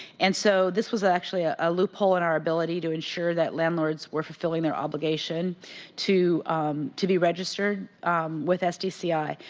and so this was actually a ah loop hole in our ability to ensure that landlords were fulfilling their obligation to to be registered with sdci.